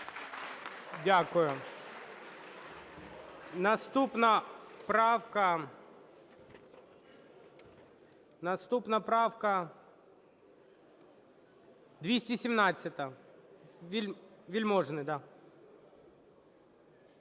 Дякую. Наступна правка 217. Вельможний, да.